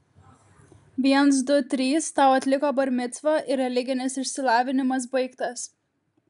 viens du trys tau atliko bar micvą ir religinis išsilavinimas baigtas